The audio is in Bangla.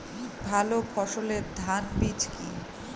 ভালো ফলনের ধান বীজ কি?